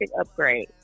upgrade